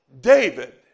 David